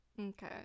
Okay